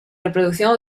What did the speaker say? reproducción